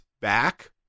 back